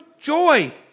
joy